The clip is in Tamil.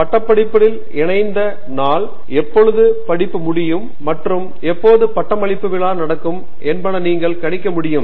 பட்டப்படிப்பில் இணைந்த நாள் எப்பொழுது படிப்பு முடியும் மற்றும் எப்போது பட்டமளிப்பு விழா நடக்கும் என்பன நீங்கள் கணிக்க முடியும்